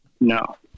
No